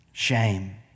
Shame